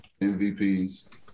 MVPs